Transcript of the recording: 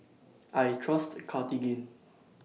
I Trust Cartigain